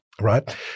right